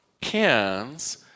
cans